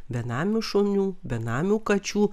benamių šunų benamių kačių